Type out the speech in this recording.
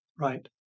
Right